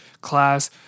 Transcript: class